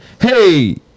hey